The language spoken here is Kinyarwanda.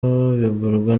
bigurwa